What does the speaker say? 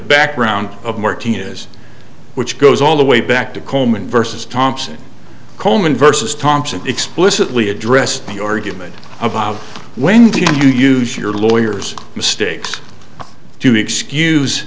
background of martinez which goes all the way back to coleman versus thompson coleman versus thompson explicitly addressed the argument about when do you use your lawyers mistakes to excuse